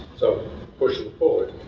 so pushing forward.